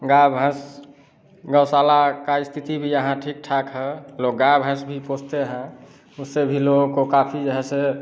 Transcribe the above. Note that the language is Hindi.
गाय भैंस गौशाला का स्थिति भी यहाँ ठीक ठाक है लोग गाय भैंस भी पोसते हैं उससे भी लोगों को काफ़ी जो है से